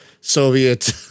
soviet